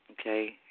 Okay